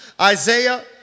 Isaiah